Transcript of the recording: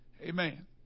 Amen